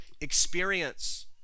experience